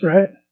Right